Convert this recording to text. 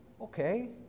okay